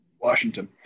Washington